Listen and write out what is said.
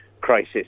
crisis